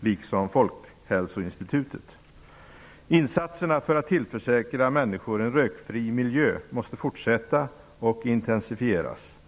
liksom Folkhälsoinstitutet en viktig roll. Insatserna för att tillförsäkra människor en rökfri miljö måste fortsätta och intensifieras.